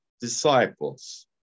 disciples